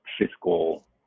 fiscal